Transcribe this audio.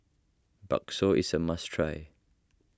Bakso is a must try